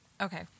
okay